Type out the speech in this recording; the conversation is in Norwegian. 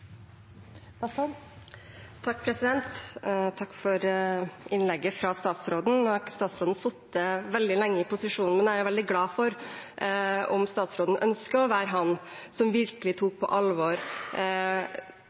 problemstillingene. Takk for innlegget fra statsråden. Nå har ikke statsråden sitte veldig lenge i posisjon, men jeg er veldig glad om han ønsker å være den statsråden som